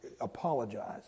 apologize